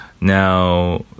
now